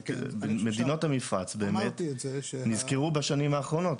מדינות המפרץ נזכרו בשנים האחרונות,